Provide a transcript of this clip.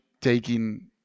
taking